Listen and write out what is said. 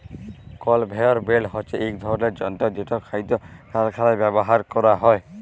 conveyor belt হছে ইক ধরলের যল্তর যেট খাইদ্য কারখালায় ব্যাভার ক্যরা হ্যয়